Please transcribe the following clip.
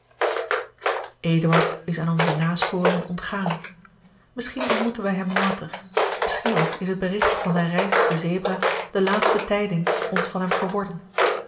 is aan onze nasporingen ontgaan misschien ontmoeten wij hem later misschien ook is het berigt van zijne reis op de zebra de laatste tijding ons van hem geworden